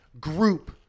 group